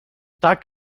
tak